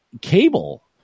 Cable